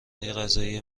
غذاهای